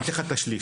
אתן לך את השליש.